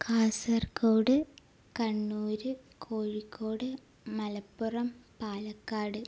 Kasaragod Kannur Kozhikode Malappuram Palakkad